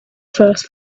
first